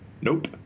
Nope